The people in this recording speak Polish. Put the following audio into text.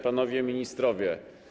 Panowie Ministrowie!